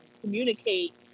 communicate